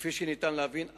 כפי שניתן להבין,